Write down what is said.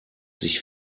sich